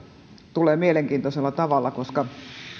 tulee mielenkiintoisella tavalla koska